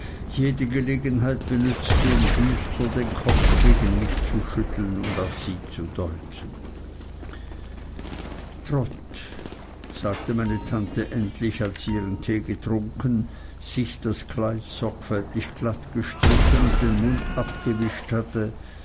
jede gelegenheit benützte um düster den kopf gegen mich zu schütteln und auf sie zu deuten trot sagte meine tante endlich als sie ihren tee getrunken sich das kleid sorgfältig glatt gestrichen und den mund abgewischt hatte